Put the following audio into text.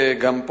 גם פה,